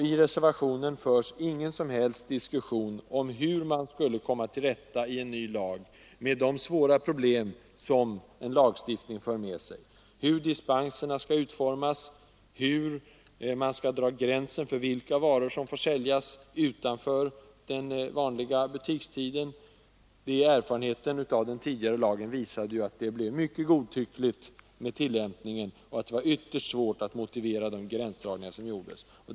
I reservationen förs ingen som helst diskussion om hur man i en ny lag skulle komma till rätta med de svåra problem som en lagstiftning för med sig, hur dispenserna skulle utformas, hur man skulle dra gränsen beträffande vilka varor som får säljas utanför den vanliga butikstiden. Erfarenheterna av den tidigare lagen visade att tillämpningen blev mycket godtycklig och att det var ytterst svårt att motivera de gränsdragningar som gjordes.